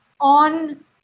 on